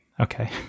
Okay